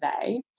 today